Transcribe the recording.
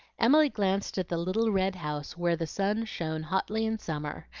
emily glanced at the little red house where the sun shone hotly in summer,